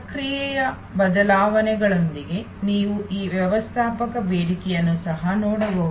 ಪ್ರಕ್ರಿಯೆಯ ಬದಲಾವಣೆಗಳೊಂದಿಗೆ ನೀವು ಈ ವ್ಯವಸ್ಥಾಪಕ ಬೇಡಿಕೆಯನ್ನು ಸಹ ನೋಡಬಹುದು